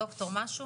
פעם היה להקל.